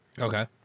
Okay